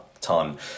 ton